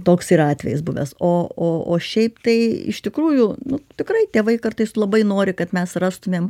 toks yra atvejis buvęs o o o šiaip tai iš tikrųjų nu tikrai tėvai kartais labai nori kad mes rastumėm